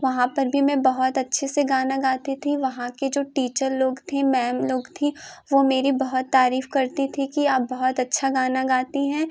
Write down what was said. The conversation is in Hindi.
वहाँ पर भी मैं बहुत अच्छे से गाना गाती थी वहाँ के जो टीचर लोग थीं मैम लोग थीं वो मेरी बहुत तारीफ़ करती थी कि आप बहुत अच्छा गाना गाती हैं